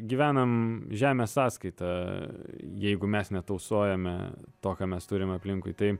gyvenam žemės sąskaita jeigu mes netausojome to ką mes turim aplinkui tai